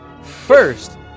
First